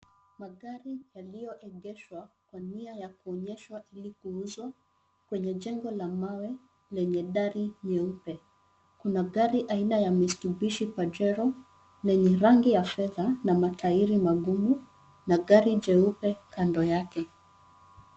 Magari yaliyoegeshwa kwa nia ya kuonyeshwa ili kuuzwa kwenye jengo la mawe lenye dari nyeupe. Kuna gari aina ya mitsubishi pajero lenye rangi ya fedha na matairi magumu na gari jeupe kando yake.